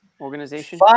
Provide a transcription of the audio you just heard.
organization